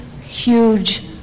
huge